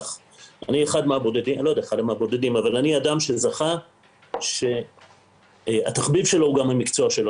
אני אדם שזכה שהתחביב שלו הוא גם המקצוע שלו.